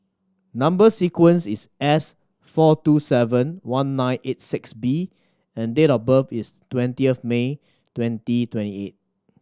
number sequence is S four two seven one nine eight six B and date of birth is twentieth May twenty twenty eight